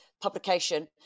publication